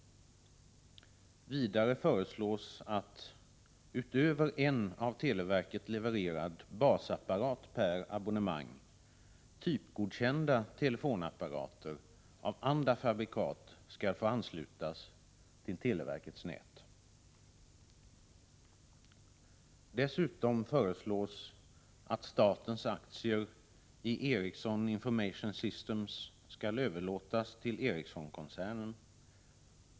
Vidare föreslås att — utöver en av televerket levererad basapparat per abonnemang — typgodkända telefonapparater av andra fabrikat skall få anslutas till televerkets nät. Dessutom föreslås att statens aktier i Ericsson Information Systems skall överlåtas till Ericssonkoncernen.